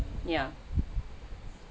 yeah